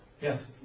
Yes